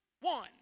one